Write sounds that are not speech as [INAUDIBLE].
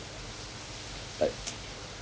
like [NOISE]